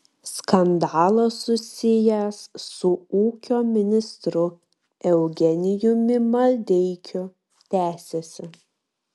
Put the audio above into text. skandalas susijęs su ūkio ministru eugenijumi maldeikiu tęsiasi